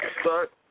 start